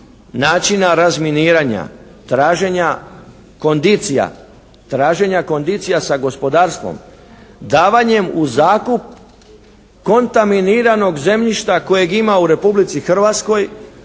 načina razminiranja, traženja kondicija sa gospodarstvom, davanjem u zakup kontaminiranog zemljišta kojeg ima u Republici Hrvatskoj,